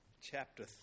chapter